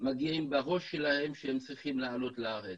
מגיעים בראש שלהם שהם צריכים לעלות לארץ.